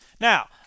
Now